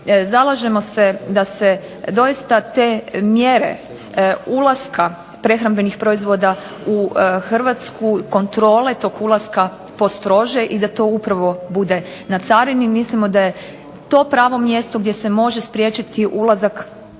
zalažemo se da se doista te mjere ulaska prehrambenih proizvoda u Hrvatsku, kontrole tog ulaska postrože i da to upravo bude na carini. Mislimo da je to pravo mjesto gdje se može spriječiti ulazak onog